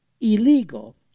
illegal